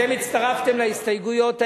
ניצן הורוביץ, אתם הצטרפתם להסתייגויות האלה.